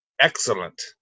excellent